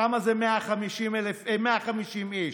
כמה זה 150 איש?